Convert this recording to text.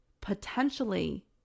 Potentially